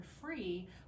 free